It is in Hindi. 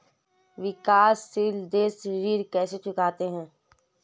विकाशसील देश ऋण कैसे चुकाते हैं?